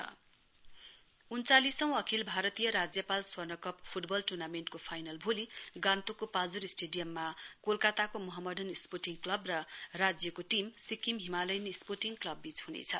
football उन्चालिसौं अखिल भारतीय राज्यपाल स्वर्णकप फुटबल टर्नामेण्टको फाइनल भोलि गान्तोकको पाल्जोरस्टेडियममा कोलकाताको मोहम्मडन स्वोर्टिङ क्लव र राज्यको टीम सिक्किम हिमालयन स्पोर्टिङ क्लवबीच ह्नेछ